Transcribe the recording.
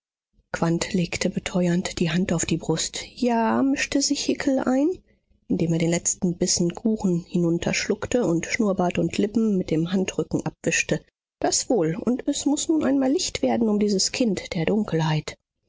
legte beteuernd die hand auf die brust ja mischte sich hickel ein indem er den letzten bissen kuchen hinunterschluckte und schnurrbart und lippen mit dem handrücken abwischte das wohl und es muß nun einmal licht werden um dieses kind der dunkelheit